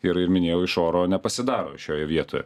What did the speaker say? ir ir minėjau iš oro nepasidaro šioje vietoje